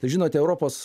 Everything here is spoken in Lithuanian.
tai žinote europos